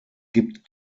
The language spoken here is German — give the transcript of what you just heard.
gibt